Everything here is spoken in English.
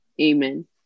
Amen